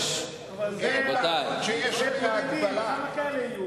כמה כאלה יהיו?